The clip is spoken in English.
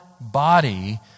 body